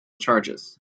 charges